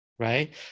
right